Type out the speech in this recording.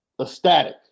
ecstatic